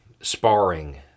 sparring